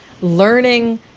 learning